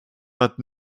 but